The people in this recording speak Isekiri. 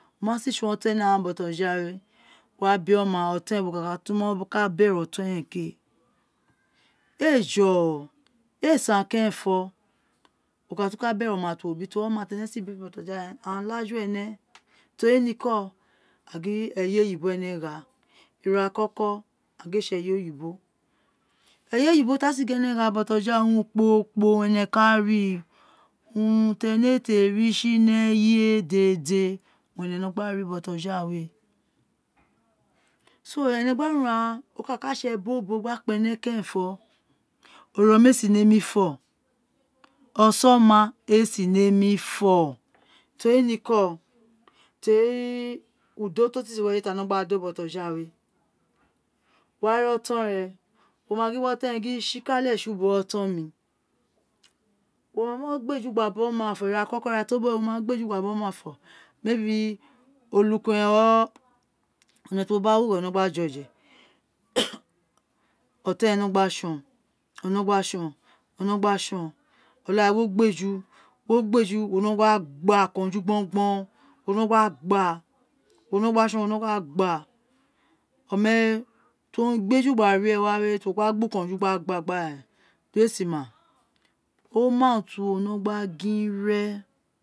Ene ma si tson oton ene ghan bojawe wo wa bi oma otonre wo ka tu beruro ke ego o e san kerenfe wo ka ta tun ka beru oma ta ewo bi toro oma ti ene si bi botoja wa aghan kju ene tori niko ag eye oyibo ene gha ira kọkọ agin ee tsi eye oyibo eye orbo tr ene gha botojawe urun kporo kporo owun ene ka re urun tr ene ee ti ee ri no gba ri bojawe ene gba ro uro ghaan okaka tsi ebobo gba kpa ene keren fo owa esi nemi fo osa oma esi nemi fo tori ni ko tori udo to si wi eyeme ti ano gbado botojawe wo wari otonre wo ma gin abi